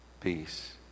peace